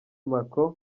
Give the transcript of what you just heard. macron